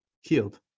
healed